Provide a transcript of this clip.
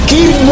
Keep